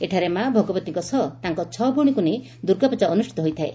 ଏଠାରେ ମା' ଭଗବତୀଙ୍କ ସହ ତାଙ୍କ ଛଅ ଭଉଣୀଙ୍କୁ ନେଇ ଦୁର୍ଗାପୂଜା ଅନୁଷିତ ହୋଇଥାଏ